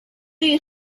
you